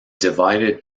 divided